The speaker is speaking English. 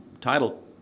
title